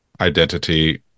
identity